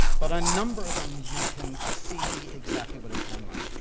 but a number of them you can see exactly what is going on.